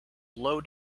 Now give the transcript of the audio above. low